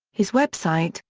his website,